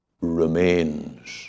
remains